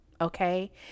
Okay